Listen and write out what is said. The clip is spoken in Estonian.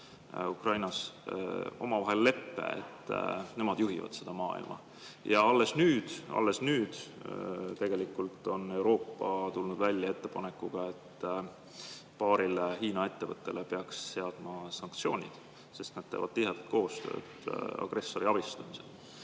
Ukrainas, omavahel leppe, et nemad juhivad seda maailma. Alles nüüd tegelikult on Euroopa tulnud välja ettepanekuga, et paarile Hiina ettevõttele peaks seadma sanktsioonid, sest nad teevad tihedat koostööd agressori abistamisel.